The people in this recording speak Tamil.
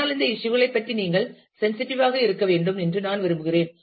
ஆனால் இந்த இஷ்யூ களைப் பற்றி நீங்கள் சென்சிட்டிவ் ஆக இருக்க வேண்டும் என்று நான் விரும்புகிறேன்